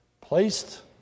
Placed